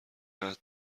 عهد